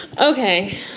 Okay